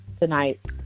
Tonight